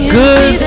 good